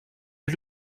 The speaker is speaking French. les